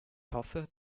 hoffe